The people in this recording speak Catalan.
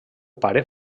pare